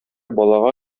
балага